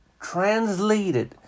translated